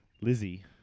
lizzie